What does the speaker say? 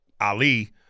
Ali